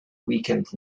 weekend